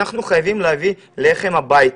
אנחנו חייבים להביא לחם הביתה.